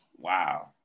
wow